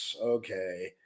Okay